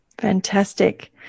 Fantastic